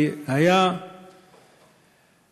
כי היה דבר,